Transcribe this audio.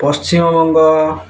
Paschimbanga